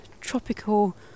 tropical